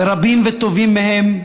ורבים וטובים מהם,